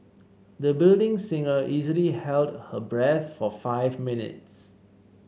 the budding singer easily held her breath for five minutes